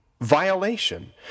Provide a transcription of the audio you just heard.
violation